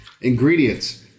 Ingredients